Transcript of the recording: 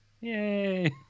Yay